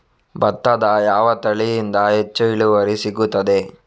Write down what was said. ಭತ್ತದ ಯಾವ ತಳಿಯಿಂದ ಹೆಚ್ಚು ಇಳುವರಿ ಸಿಗುತ್ತದೆ?